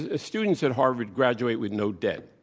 ah students at harvard graduate with no debt.